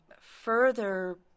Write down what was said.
Further